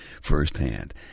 firsthand